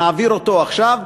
ונעביר אותו עכשיו,